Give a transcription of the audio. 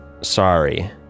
Sorry